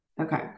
Okay